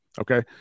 Okay